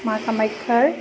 মা কামাখ্যাৰ